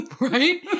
Right